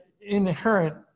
inherent